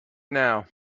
now